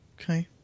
Okay